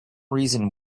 reason